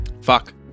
fuck